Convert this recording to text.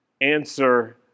answer